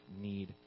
need